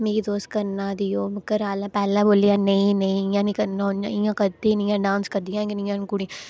मिगी तुस करना देओ घरा आह्लें पैह्लें बोल्लेआ नेईं नेईं इं'या निं करना ना ना इं'या कदें निं है न डांस करदियां निं है'न कुड़ियां